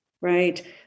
right